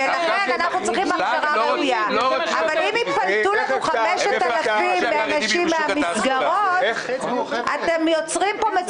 אנחנו באים היום לדיון שכל מה שמגיע לנו פה היה